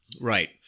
Right